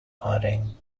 adding